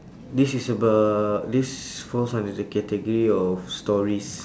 this is about this falls under the category of stories